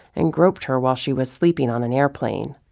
and groped her while she was sleeping on an airplane.